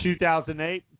2008